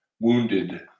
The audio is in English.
wounded